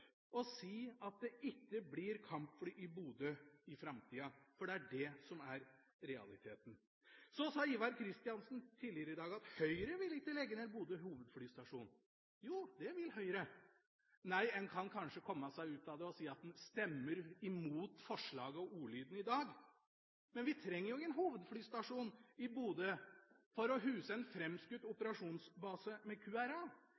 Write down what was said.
og si at det ikke blir kampfly i Bodø i framtida, for det er det som er realiteten. Så sa Ivar Kristiansen tidligere i dag at Høyre ikke vil legge ned Bodø hovedflystasjon. Jo, det vil Høyre. En kan kanskje komme seg ut av det ved å si at en stemmer imot forslaget og ordlyden i dag. Men vi trenger jo ingen hovedflystasjon i Bodø for å huse en framskutt operasjonsbase med QRA.